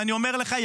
ואני אומר לך,